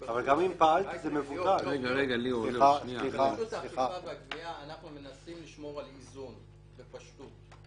גם אם --- ברשות האכיפה והגבייה אנחנו מנסים לשמור על איזון ופשטות.